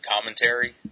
commentary